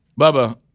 bubba